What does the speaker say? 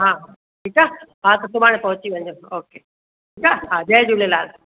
हा ठीकु आहे हा त सुभाणे पहुची वञिजो ओके हा ठीकु आहे जय झूलेलाल